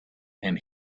and